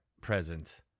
present